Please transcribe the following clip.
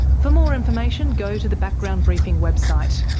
for more information, go to the background briefing website.